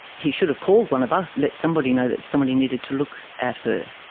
he should have called one of us, let somebody know that somebody needed to look at her.